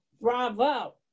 bravo